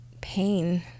pain